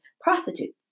prostitutes